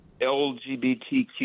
LGBTQ